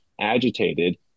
agitated